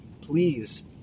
Please